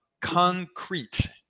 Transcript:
Concrete